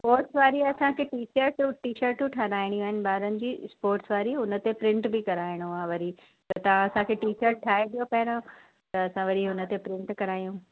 sports वरी असांखे टी शर्टूं टी शर्टूं ठाराहिणियूं आहिनि ॿारनि जी स्पोर्ट्स वारी उन ते प्रिंट बि कराइणो आहे वरी त तव्हां असांखे टी शर्ट ठाहे ॾियो पहिरियां त असां वरी उन ते प्रिंट करायूं